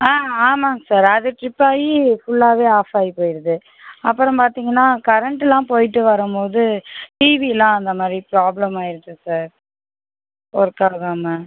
ஆ ஆமாம் சார் அது ட்ரிப்பாயி ஃபுல்லாவே ஆஃப்பாயி போயிடுது அப்புறம் பார்த்திங்கன்னா கரெண்ட்டுலாம் போயிட்டு வரும் போது டிவியெலாம் அந்தமாதிரி ப்ராப்ளம் ஆயிடுது சார் ஒர்க் ஆகாமல்